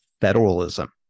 federalism